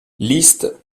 liste